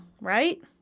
right